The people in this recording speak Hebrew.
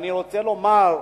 אני רוצה לומר,